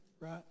Right